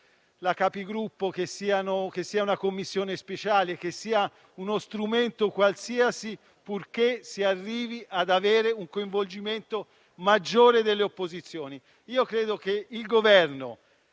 dei Capigruppo, che sia una Commissione speciale, che sia uno strumento qualsiasi, purché si arrivi ad avere un coinvolgimento maggiore delle opposizioni. Io credo che il Governo